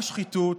למה שחיתות?